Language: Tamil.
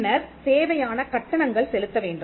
பின்னர் தேவையான கட்டணங்கள் செலுத்த வேண்டும்